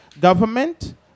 government